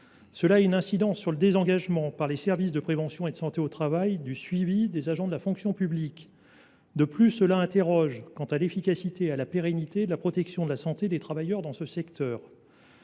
Cela a une incidence sur le désengagement par les services de prévention et de santé au travail du suivi des agents de la fonction publique. De plus, cela interroge quant à l’efficacité et à la pérennité de la protection de la santé des travailleurs dans ce secteur.